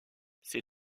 ces